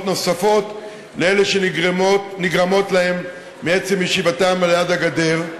נוספות על אלה שנגרמות להם מעצם ישיבתם ליד הגדר?